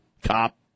Cop